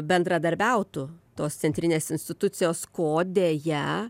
bendradarbiautų tos centrinės institucijos ko deja